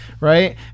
Right